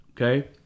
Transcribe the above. Okay